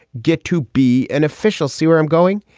yet to be an official, see where i'm going.